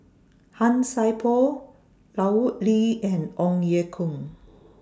Han Sai Por Lut Ali and Ong Ye Kung